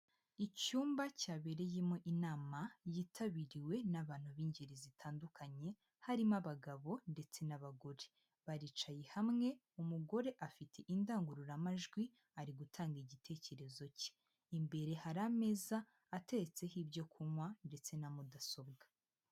Icyumba cyabereyemo inama yitabiriwe n'abantu b'ingeri zitandukanye, harimo abagabo ndetse n'abagore, baricaye hamwe umugore afite indangururamajwi ari gutanga igitekerezo cye, imbere hari ameza ateretseho ibyo kunywa ndetse na mudasobwa.